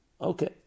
Okay